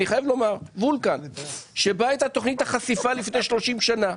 את מפעל וולקן שבו הייתה תכנית החשיפה לפני 30 שנה,